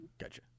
Gotcha